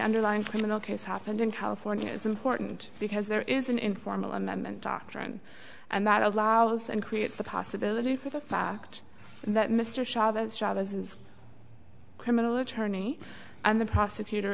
underlying criminal case happened in california is important because there is an informal amendment doctrine and that allows and creates the possibility for the fact that mr chavez chavez is criminal attorney and the prosecutor